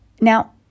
Now